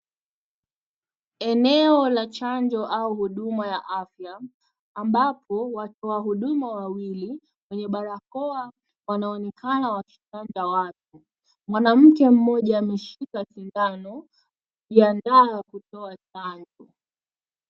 Eneo la chanjo ama huduma ya afya ambapo watu wa huduma wawili, wenye barakoa wanaonekana wakichanja watu. Mwanamke mmoja ameshika shindano akiandaa kutoa chanjo .